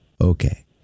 Okay